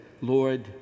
Lord